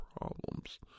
problems